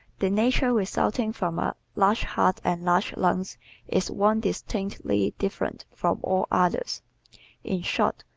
the nature resulting from a large heart and large lungs is one distinctly different from all others in short,